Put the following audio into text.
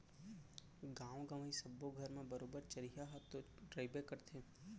गॉंव गँवई सब्बो घर म बरोबर चरिहा ह तो रइबे करथे